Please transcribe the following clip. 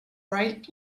bright